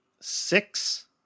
six